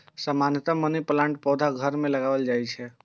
सामान्यतया मनी प्लांटक पौधा घर मे लगाएल जाइ छै